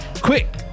Quick